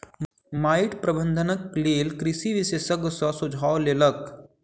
माइट प्रबंधनक लेल कृषक विशेषज्ञ सॅ सुझाव लेलक